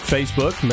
Facebook